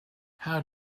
how